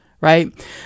right